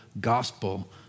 gospel